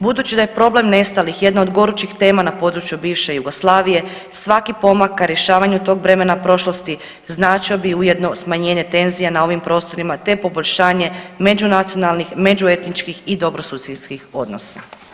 Budući da je problem nestalih jedna od gorućih tema na području bivše Jugoslavije, svaki pomak ka rješavanju tog bremena prošlosti značio bi ujedno smanjenje tenzija na ovim prostorima, te poboljšanje međunacionalnih, međuetničkih i dobrosusjedskih odnosa.